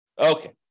Okay